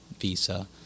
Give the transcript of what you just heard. Visa